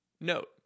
Note